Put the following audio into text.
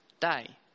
day